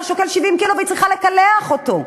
שוקל 70 קילו והיא צריכה לקלח אותו,